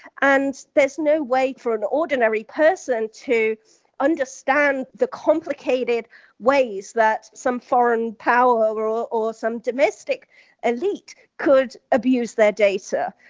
and there's no way for an ordinary person to understand the complicated ways that some foreign power overall or some domestic elite could abuse their data.